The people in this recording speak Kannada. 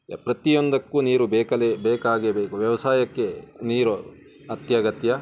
ಪ್ರತಿಯೊಂದಕ್ಕೂ ನೀರು ಬೇಕಲೆ ಬೇಕಾಗೇ ಬೇಕು ವ್ಯವಸಾಯಕ್ಕೆ ನೀರು ಅತ್ಯಗತ್ಯ